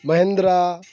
Mahindra